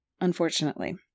unfortunately